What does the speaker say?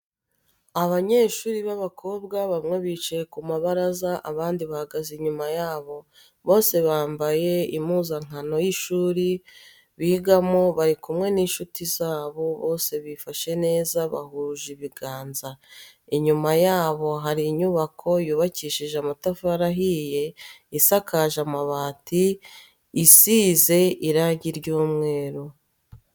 Abanyeshuri b'abakobwa bamwe bicaye ku mabaraza abandi bahagaze inyuma yabo bose bambaye impuzankano z'ishuri bigamo bari kumwe n'inshuti zabo bose bifashe neza bahuje ibiganza ,inyuma yabo hari inyubako yubakishije amatafari ahiye isakaje amabati izize irangi ry'umweru.